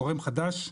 גורם חדש,